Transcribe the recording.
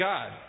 God